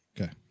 Okay